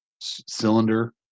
cylinder